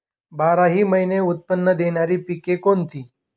बाराही महिने उत्त्पन्न देणारी पिके कोणती?